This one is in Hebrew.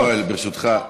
יואל, ברשותך,